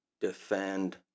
defend